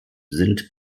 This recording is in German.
sind